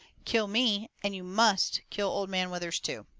kill me, and you must kill old man withers, too.